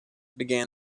began